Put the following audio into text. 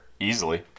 easily